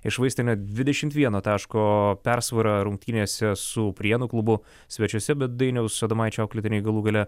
iššvaistė net dvidešimt vieno taško persvarą rungtynėse su prienų klubu svečiuose bet dainiaus adomaičio auklėtiniai galų gale